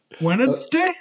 Wednesday